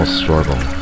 struggle